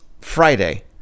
Friday